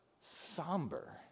somber